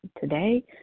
today